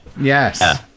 yes